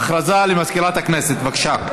הודעה למזכירת הכנסת, בבקשה.